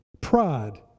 Pride